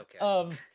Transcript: okay